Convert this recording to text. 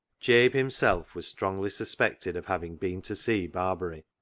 jabe himself was strongly sus pected of having been to see barbary,